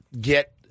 get